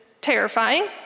Terrifying